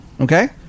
Okay